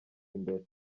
imbere